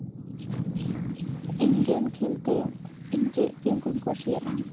ᱤᱧ ᱜᱮᱢ ᱠᱷᱮᱹᱞᱛᱮ ᱤᱧ ᱪᱮᱫ ᱜᱮᱢ ᱠᱩᱧ ᱠᱩᱥᱤᱭᱟᱜᱼᱟ